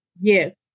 yes